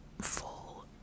full